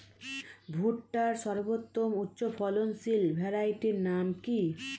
ভুট্টার সর্বোত্তম উচ্চফলনশীল ভ্যারাইটির নাম কি?